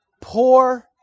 poor